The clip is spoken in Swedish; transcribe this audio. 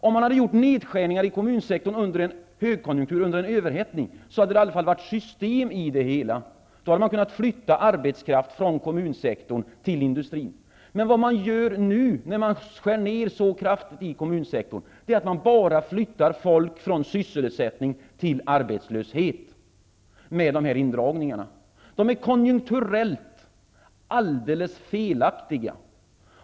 Om man hade gjort nedskärningar i kommunsektorn under en högkonjunktur, en överhettning, hade det varit system i det hela. Då hade man kunnat flytta arbetskraft från kommunsektorn till industrin. Men vad man nu gör, när man skär ned så kraftigt i kommunsektorn, är att flytta folk från sysselsättning till arbetslöshet. Dessa indragningar är konjunkturellt alldeles felaktiga.